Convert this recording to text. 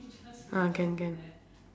ah can can